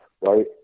right